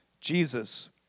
Jesus